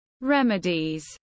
remedies